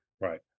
Right